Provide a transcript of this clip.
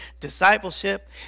discipleship